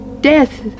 Death